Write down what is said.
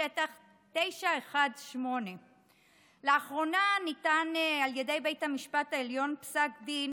שטח 918. לאחרונה ניתן על ידי בית המשפט העליון פסק דין